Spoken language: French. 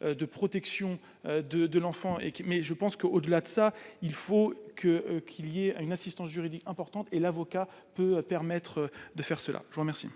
de protection de de l'enfant et qui mais je pense que, au-delà de ça, il faut que qu'il y a une assistance juridique importante et l'avocat peut permettre de faire cela, je vous remercie.